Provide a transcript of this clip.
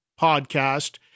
podcast